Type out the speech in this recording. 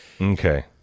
Okay